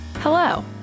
Hello